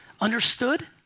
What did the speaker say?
understood